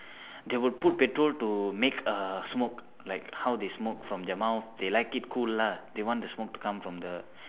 they will put petrol to make uh smoke like how they smoke from their mouth they like it cool lah they want the smoke to come from the